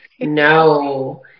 No